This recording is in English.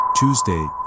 Tuesday